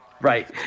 Right